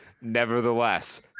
nevertheless